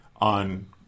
on